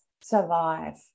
survive